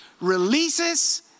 releases